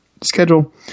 schedule